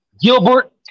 Gilbert